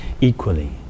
equally